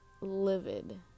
livid